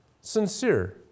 Sincere